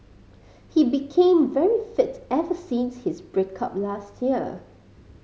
he became very fit ever since his break up last year